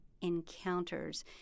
encounters